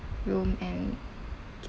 room and